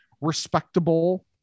respectable